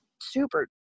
super